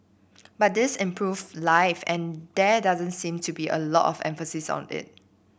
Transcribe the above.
but this improve live and there doesn't seem to be a lot of emphasis on it